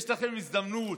יש לכם הזדמנות